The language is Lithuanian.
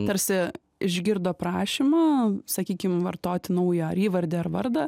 tarsi išgirdo prašymą sakykim vartoti naują ar įvardį ar vardą